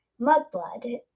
mudblood